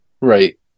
Right